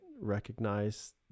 recognize